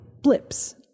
blips